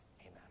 Amen